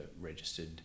registered